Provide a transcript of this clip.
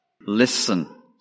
Listen